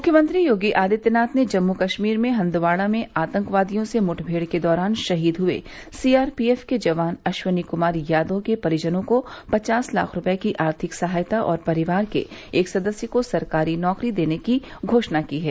मुख्यमंत्री योगी आदित्यनाथ ने जम्मू कश्मीर के हंदवाड़ा में आतंकवादियों से मुठभेड़ के दौरान शहीद हुए सीआरपीएफ के जवान अश्वनी कुमार यादव के परिजनों को पचास लाख रुपये की आर्थिक सहायता और परिवार के एक सदस्य को सरकारी नौकरी देने की घोषणा की है